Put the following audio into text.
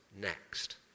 next